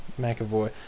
McAvoy